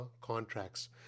contracts